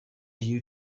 you